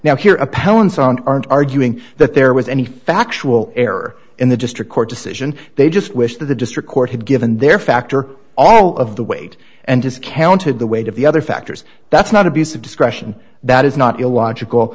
now here appellants on aren't arguing that there was any factual error in the district court decision they just wish that the district court had given their factor all of the weight and discounted the weight of the other factors that's not abuse of discretion that is not illogical